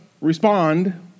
respond